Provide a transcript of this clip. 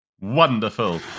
Wonderful